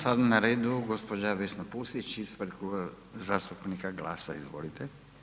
Sad je na redu gđa. Vesna Pusić ispred Kluba zastupnika GLAS-a, izvolite.